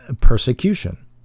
persecution